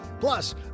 Plus